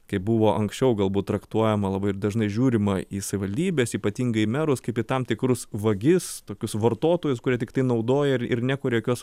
kai buvo anksčiau galbūt traktuojama labai dažnai žiūrima į savivaldybes ypatingai į merus kaip į tam tikrus vagis tokius vartotojus kurie tiktai naudoja ir ir nekuria jokios